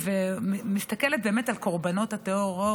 אני מסתכלת באמת על קורבנות הטרור.